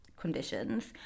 conditions